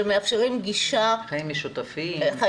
שמאפשרים גישה -- חיים משותפים,